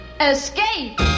Escape